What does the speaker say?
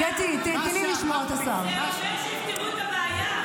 אם את רוצה הצבעה ------ "מועד אחר" זה אומר שיפתרו את הבעיה.